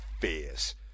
fierce